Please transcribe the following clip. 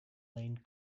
lane